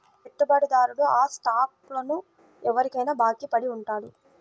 పెట్టుబడిదారుడు ఆ స్టాక్లను ఎవరికైనా బాకీ పడి ఉంటాడు